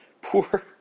poor